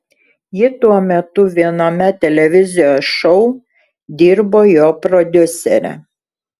ji tuo metu viename televizijos šou dirbo jo prodiusere